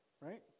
right